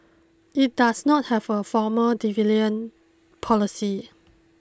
it does not have a formal policy